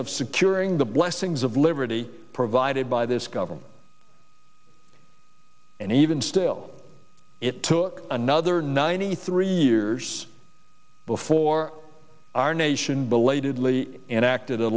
of securing the blessings of liberty provided by this government and even still it took another ninety three years before our nation belatedly enacted a